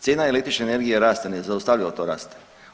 Cijena električne energije raste, nezaustavljivo to raste.